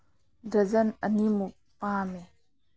ꯗ꯭ꯔꯖꯟ ꯑꯅꯤꯃꯨꯛ ꯄꯥꯝꯃꯦ